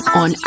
on